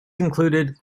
included